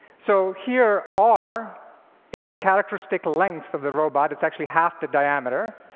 so here, r is the characteristic length of the robot. it's actually half the diameter.